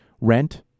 Rent